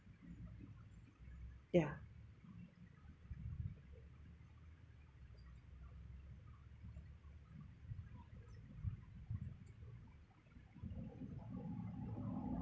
yeah